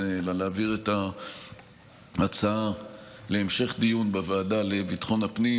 אלא להעביר את ההצעה להמשך דיון בוועדה לביטחון הפנים,